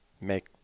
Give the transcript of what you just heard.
make